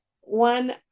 one